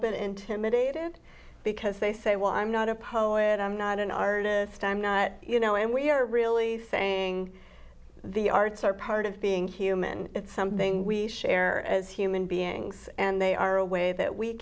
bit intimidated because they say well i'm not a poet i'm not an artist i'm not you know and we're really saying the arts are part of being human it's something we share as human beings and they are a way that we